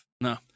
No